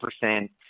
percent